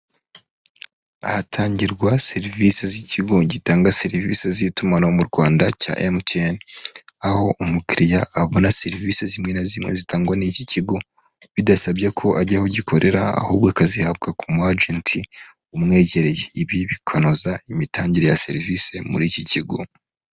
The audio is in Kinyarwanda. Ahatangirwa serivise z'ikigo gitanga serivise z'itumanaho mu Rwanda cya MTN, aho umukiriya abona serivisi zimwe na zimwe zitangwa n'iki kigo bidasabye ko ajya ahogikorera, ahubwo akazihabwa ku muajenti umwegereye. Ibi bikanoza imitangire ya serivise muri iki kigo